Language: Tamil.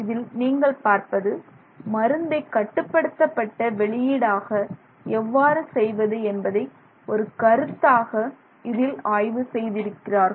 இதில் நீங்கள் பார்ப்பது மருந்தைக் கட்டுப்படுத்தப்பட்ட வெளியீடாக எவ்வாறு செய்வது என்பதை ஒரு கருத்தாக இதில் ஆய்வு செய்திருக்கிறார்கள்